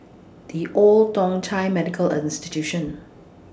The Old Thong Chai Medical A Institution